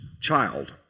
child